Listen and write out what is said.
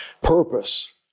purpose